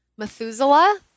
Methuselah